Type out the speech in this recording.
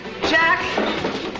Jack